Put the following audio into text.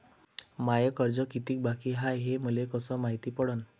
माय कर्ज कितीक बाकी हाय, हे मले कस मायती पडन?